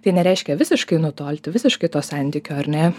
tai nereiškia visiškai nutolti visiškai to santykio ar ne